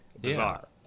Bizarre